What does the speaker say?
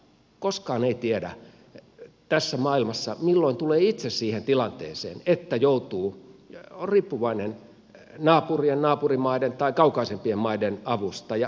koskaan ei tiedä tässä maailmassa milloin tulee itse siihen tilanteeseen että on riippuvainen naapurien naapurimaiden tai kaukaisempien maiden avusta